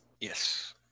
yes